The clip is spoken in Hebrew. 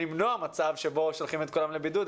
הפרדות ולמנוע מצב שבו שולחים את כולם לבידוד.